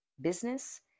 business